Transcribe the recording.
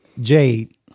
Jade